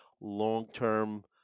long-term